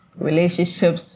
relationships